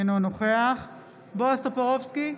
אינו נוכח בועז טופורובסקי,